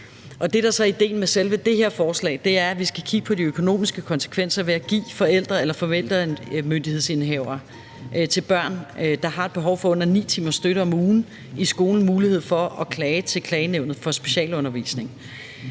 der så er idéen med det her forslag, er, at vi skal kigge på de økonomiske konsekvenser af at give forældrene eller forældremyndighedsindehaver til børn, der har et behov for under 9 timers støtte om ugen i skolen, mulighed for at klage til Klagenævnet for Specialundervisning.